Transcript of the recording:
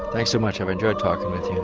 thanks so much i've enjoyed talking with you.